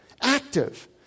active